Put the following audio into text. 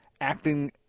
acting